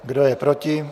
Kdo je proti?